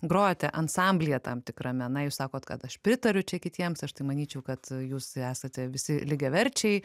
grojote ansamblyje tam tikrame na jūs sakot kad aš pritariu čia kitiems aš tai manyčiau kad jūs esate visi lygiaverčiai